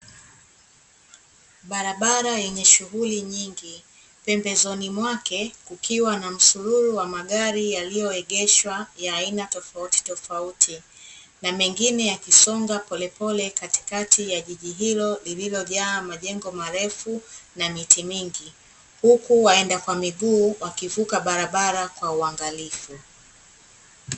Barabara yenye shughuli nyingi, pembezoni mwake kukiwa na msururu wa magari yaliyoegeshwa ya aina tofauti tofauti na mengine yakisonga polepole katikati ya jiji hilo liliojaa majengo marefu na miti mingi. Huku waenda kwa miguu wakivuka barabara kwa uangalifu.